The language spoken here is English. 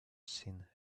seen